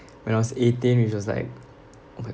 when I was eighteen which was like what